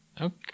okay